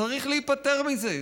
צריך להיפטר מזה.